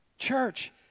Church